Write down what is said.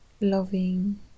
loving